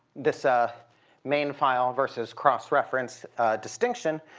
this ah main file versus cross-reference distinction,